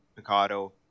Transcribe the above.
Picado